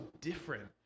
different